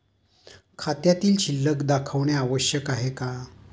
खात्यातील शिल्लक दाखवणे आवश्यक आहे का?